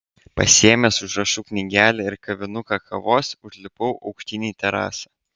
pasiėmęs užrašų knygelę ir kavinuką kavos užlipau aukštyn į terasą